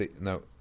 No